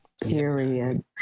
period